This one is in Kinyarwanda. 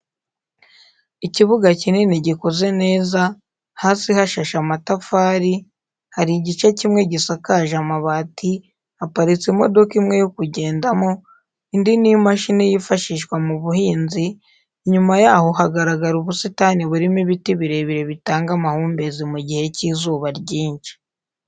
Ikibuga kinini gikoze neza hasi hashashe amatafari, hari igice kimwe gisakaje amabati haparitse imodoka imwe yokugendamo indi ni imashini yifashishwa mu buhinzi inyuma yaho hagaragara ubusitani burimo ibiti birebire bitanga amahumbezi mu gihe cy'izuba ryinshi.